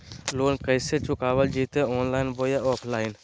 Loan कैसे चुकाबल जयते ऑनलाइन बोया ऑफलाइन?